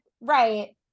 right